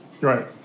Right